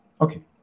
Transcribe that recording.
okay